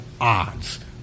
odds